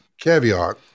caveat